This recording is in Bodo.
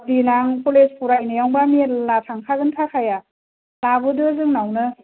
देनां कलेज फरायनायावबा मेल्ला थांखागोन थाखाया लाबोदो जोंनावनो